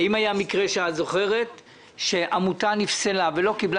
מקרה שאת זוכרת שעמותה נפסלה ולא קיבלה